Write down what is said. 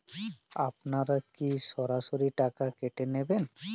আপনারা কি সরাসরি টাকা কেটে নেবেন?